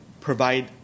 provide